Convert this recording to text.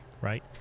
right